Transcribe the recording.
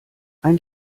ein